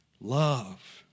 love